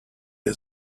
had